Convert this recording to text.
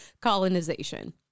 colonization